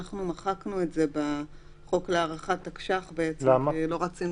מחקנו את זה בחוק להארכת תקש"ח כי לא רצינו